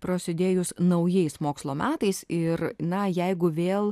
prasidėjus naujais mokslo metais ir na jeigu vėl